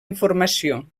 informació